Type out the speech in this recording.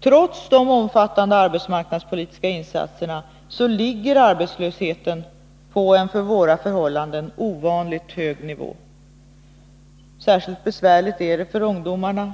Trots de omfattande arbetsmarknadspolitiska insatserna ligger arbetslösheten på en efter våra förhållanden ovanligt hög nivå. Särskilt besvärligt är det för ungdomarna.